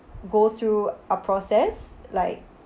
go through a process like